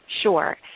Sure